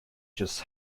just